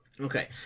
Okay